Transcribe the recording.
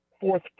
fourth